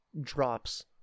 drops